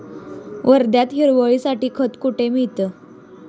वर्ध्यात हिरवळीसाठी खत कोठे मिळतं?